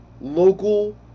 local